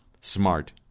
smart